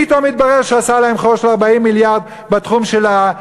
ופתאום מתברר שהוא עשה להם חור של 40 מיליארד בתחום ההכנסות?